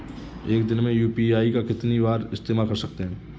एक दिन में यू.पी.आई का कितनी बार इस्तेमाल कर सकते हैं?